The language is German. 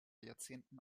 jahrzehnten